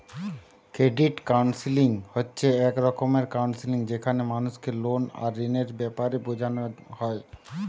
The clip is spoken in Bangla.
ক্রেডিট কাউন্সেলিং হচ্ছে এক রকমের কাউন্সেলিং যেখানে মানুষকে লোন আর ঋণের বেপারে বুঝানা হয়